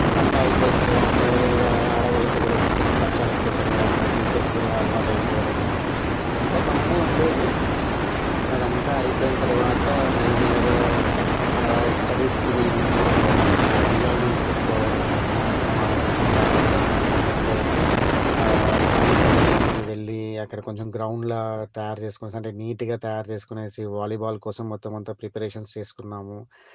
అంతా అయిపోయిన తరువాత ఆడవాళ్ళతో కూడా కొంచెం పరిచయాలు ఎక్కువ పెరగడము టీచర్స్ కూడా అలవాటైపోవడము అంతా బాగానే ఉండేది అది అంతా అయిపోయిన తరువాత మెల్లమెల్లగా స్టడీస్కి మేము దూరం అవ్వడము ఎంజాయ్మెంట్స్కి ఎక్కువ అవ్వడము సాయంత్రం ఆరు గంటలు కాగానే ఫ్రెండ్స్ అందరితో ఖాళీ ప్రదేశానికి వెళ్ళి అక్కడ కొంచెం గ్రౌండ్లా తయారు చేసుకొనేసి అంటే నీట్గా తయారు చేసుకొనేసి వాలీబాల్ కోసం మొత్తం అంతా ప్రిపరేషన్స్ చేసుకున్నాము